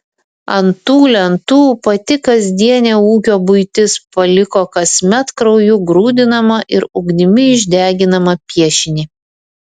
ant tų lentų pati kasdienė ūkio buitis paliko kasmet krauju grūdinamą ir ugnimi išdeginamą piešinį